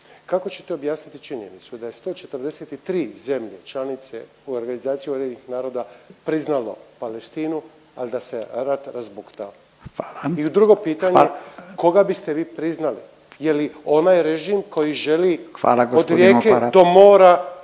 Kako ćete objasniti činjenicu da je 143 zemlje članice u organizaciji UN-a priznalo Palestinu ali da se rat razbuktava. …/Upadica Radin: Hvala./… I drugo pitanje, koga biste vi priznali je li onaj režim koji želi …/Upadica